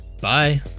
bye